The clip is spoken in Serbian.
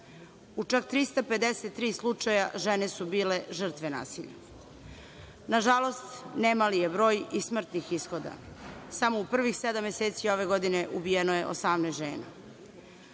U čak 353 slučaja žene su bile žrtve nasilja. Nažalost, nemali je broj i smrtnih ishoda. Samo u prvih sedam meseci ove godine ubijeno je 18 žena.